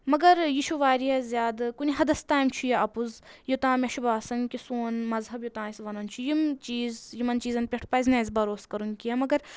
مگر یہِ چھُ واریاہ زیادٕ کُنہِ حدَس تانۍ چھُ یہِ اَپُز یوٚتان مےٚ چھُ باسان کہِ سون مَزہب یوٚتانۍ اَسہِ وَنَان چھُ یِم چیٖز یِمَن چیٖزَن پؠٹھ پَزِ نہٕ اَسہِ بَرُوس کَرُن کینٛہہ مگر